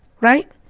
Right